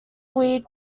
weed